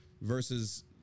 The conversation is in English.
versus